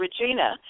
Regina